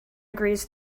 agrees